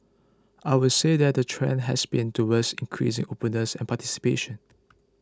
I would say that the trend has been towards increasing openness and participation